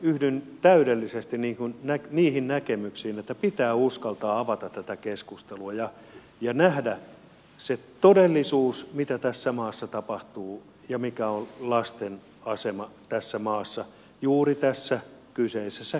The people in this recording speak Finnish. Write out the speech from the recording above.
yhdyn täydellisesti niihin näkemyksiin että pitää uskaltaa avata tätä keskustelua ja nähdä se todellisuus mitä tässä maassa tapahtuu ja mikä on lasten asema tässä maassa juuri tässä kyseisessä kysymyksessä